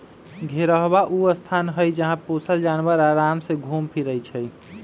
घेरहबा ऊ स्थान हई जहा पोशल जानवर अराम से घुम फिरइ छइ